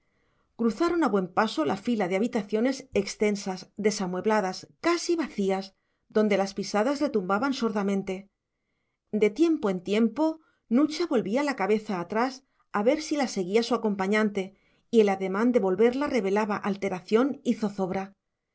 cruzaron a buen paso la fila de habitaciones extensas desamuebladas casi vacías donde las pisadas retumbaban sordamente de tiempo en tiempo nucha volvía la cabeza atrás a ver si la seguía su acompañante y el ademán de volverla revelaba alteración y zozobra